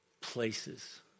places